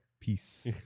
peace